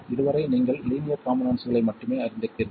இதுவரை நீங்கள் லீனியர் காம்போனெண்ட்ஸ்களை மட்டுமே அறிந்திருப்பீர்கள்